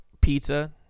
pizza